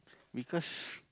because